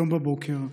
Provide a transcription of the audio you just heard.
היום בבוקר,